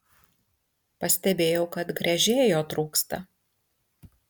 pastebėjau kad gręžėjo trūksta